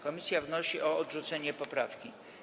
Komisja wnosi o odrzucenie poprawki.